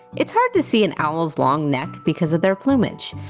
it's hard to see an owl's long neck because of their plumage,